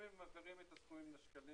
אם הם מעבירים את הסכומים בשקלים